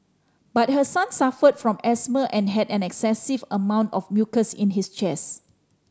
but her son suffered from asthma and had an excessive amount of mucus in his chest